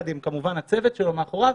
עם הצוות שלו כמובן,